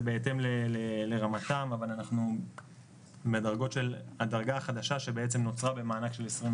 זה בהתאם לרמתם אבל הדרגה החדשה שבעצם נוצרה במענק של 2020,